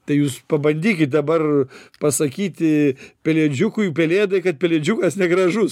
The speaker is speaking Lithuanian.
tai jūs pabandykit dabar pasakyti pelėdžiukui pelėdai kad pelėdžiukas negražus